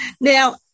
Now